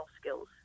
skills